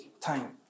time